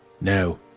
No